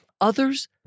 Others